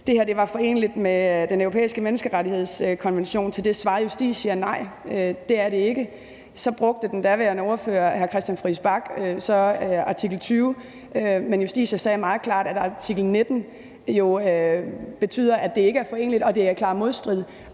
det her var foreneligt med Den Europæiske Menneskerettighedskonvention, svarede Justitia: Nej, det er det ikke. Så brugte den daværende ordfører, hr. Christian Friis Bach, så artikel 20, men Justitia sagde meget klart, at artikel 19 jo betyder, at det ikke er foreneligt, og at det er i klar modstrid